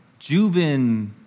Jubin